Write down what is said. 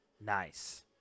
Nice